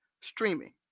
streaming